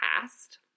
past